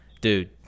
Dude